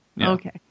Okay